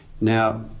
Now